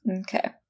Okay